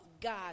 God